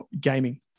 gaming